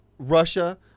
Russia